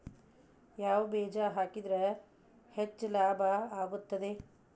ಯಾವ ಬೇಜ ಹಾಕಿದ್ರ ಹೆಚ್ಚ ಲಾಭ ಆಗುತ್ತದೆ?